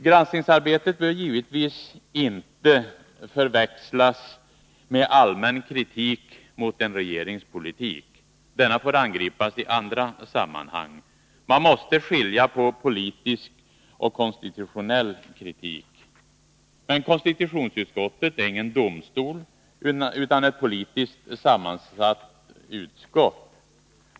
Granskningsarbetet bör givetvis inte förväxlas med allmän kritik mot en regerings politik. Denna får angripas i andra sammanhang. Man måste skilja på politisk och konstitutionell kritik. Men konstitutionsutskottet är ingen domstol utan ett politiskt sammansatt utskott.